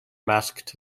masked